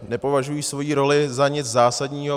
Nepovažují svoji roli za nic zásadního.